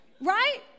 right